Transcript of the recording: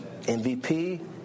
MVP